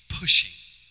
pushing